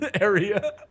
area